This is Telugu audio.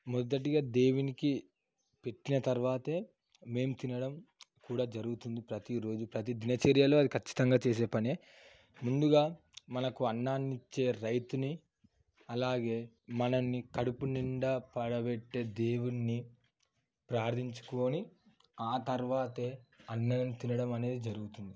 మొదటిగా దేవునికి పెట్టిన తర్వాతే మేం తినడం కూడా జరుగుతుంది ప్రతిరోజు దినచర్యలో అది ఖచ్చితంగా చేసే పని ముందుగా మనకు అన్నాన్నిచ్చే రైతుని అలాగే మనల్ని కడుపునిండా పడబెట్టే దేవున్ని ప్రార్థించుకొని ఆ తర్వాతే అన్నం తినడం అనేది జరుగుతుంది